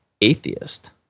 atheist